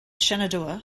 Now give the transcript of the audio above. shenandoah